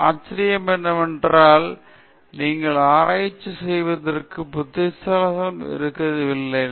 ஆச்சரியம் என்னவென்றால் நீங்கள் ஆராய்ச்சி செய்வதற்கு புத்திசாலியாக இருக்க இல்லை